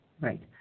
right